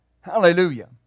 hallelujah